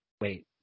wait